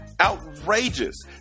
outrageous